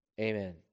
amen